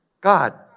God